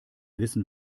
wissen